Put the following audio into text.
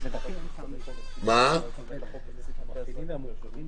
אבל זה לא הגיע אחורה התיקון הזה.